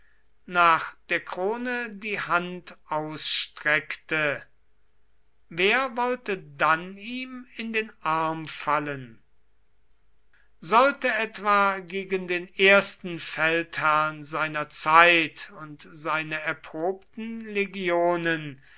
nach der krone die hand ausstreckte wer wollte dann ihm in den arm fallen sollte etwa gegen den ersten feldherrn seiner zeit und seine erprobten legionen